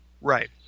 Right